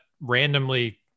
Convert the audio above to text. randomly